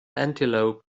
antelope